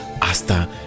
Hasta